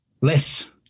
less